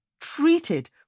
treated